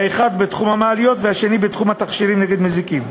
האחד בתחום המעליות והשני בתחום בתכשירים נגד מזיקים.